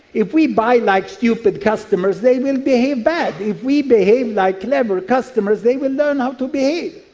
if we buy like stupid customers they will behave badly, if we behave like clever customers, they will learn how to behave.